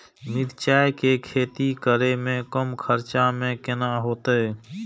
मिरचाय के खेती करे में कम खर्चा में केना होते?